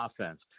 offense